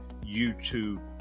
YouTube